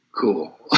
cool